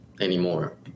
anymore